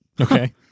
okay